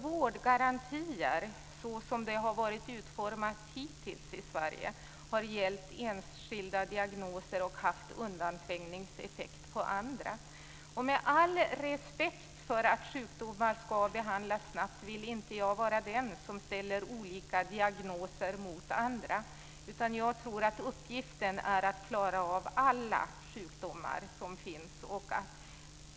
Vårdgarantier, så som de har varit utformade hittills i Sverige, har gällt enskilda diagnoser och haft undanträngningseffekt på andra. Med all respekt för att sjukdomar ska behandlas snabbt vill inte jag vara den som ställer olika diagnoser mot andra, utan jag tror att uppgiften är att klara av alla sjukdomar som finns.